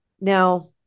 Now